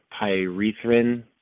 pyrethrin